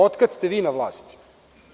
Od kada ste vi na vlasti.